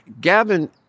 Gavin